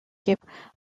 kip